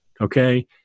Okay